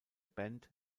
band